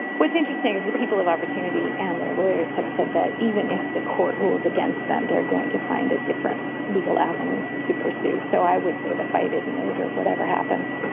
what's interesting is that people have opportunity and their lawyers have said that even if the court rules against them, they're going to find a different legal avenue to pursue. so i would say the fight isn't over. whatever happens